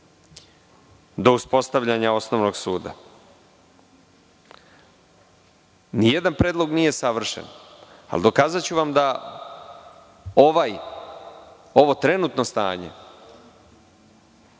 do uspostavljanja osnovnog suda. Ni jedan predlog nije savršen, ali dokazaću vam da ovo trenutno stanje,